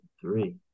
three